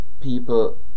people